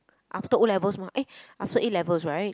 after O-levels mah eh after A-levels right